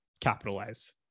capitalize